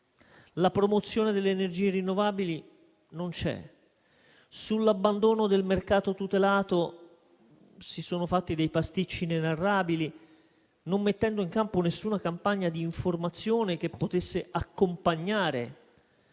la promozione delle energie rinnovabili non c'è. Sull'abbandono del mercato tutelato sono stati fatti dei pasticci inenarrabili, non mettendo in campo nessuna campagna di informazione che potesse accompagnare